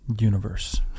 universe